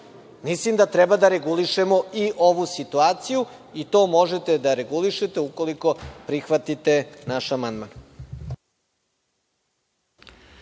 trošak? Mislim da treba da regulišemo i ovu situaciju. To možete da regulišete ukoliko prihvatite naš amandman.